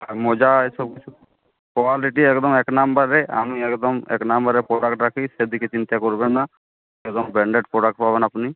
আর মোজা এসব কিছু কোয়ালিটি একদম এক নম্বরে আমি একদম এক নম্বরে প্রোডাক্ট রাখি সেদিকে চিন্তা করবেন না একদম ব্র্যান্ডেড প্রোডাক্ট পাবেন আপনি